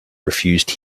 refused